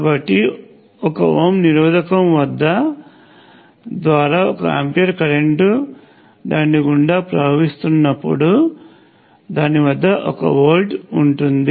కాబట్టి 1 ఓం నిరోధకం వద్ద ద్వారా ఒక ఆంపియర్ కరెంట్ దాని గుండా ప్రవహిస్తున్నప్పుడు దాని వద్ద ఒక వోల్ట్ ఉంటుంది